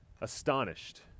astonished